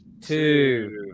two